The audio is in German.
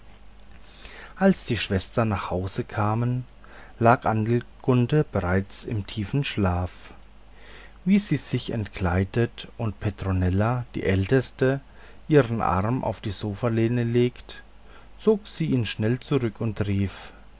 als die schwestern nach hause kamen lag adelgunde bereits im tiefem schlafe wie sie sich entkleideten und petronella die älteste ihren arm auf die sofalehne legte zog sie ihn schnell zurück und rief